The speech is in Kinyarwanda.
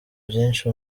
byinshi